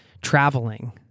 traveling